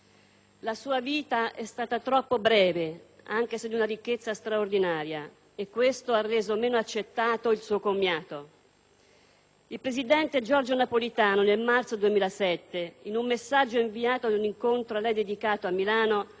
La sua vita è stata troppo breve, anche se di una ricchezza straordinaria, e questo ha reso meno accettato il suo commiato. Il presidente Giorgio Napolitano, nel marzo 2007, in un messaggio inviato in un incontro a lei dedicato a Milano,